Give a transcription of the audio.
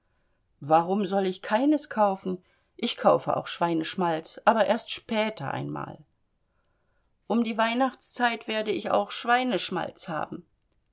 warum soll ich keines kaufen ich kaufe auch schweineschmalz aber erst später einmal um die weihnachtszeit werde ich auch schweineschmalz haben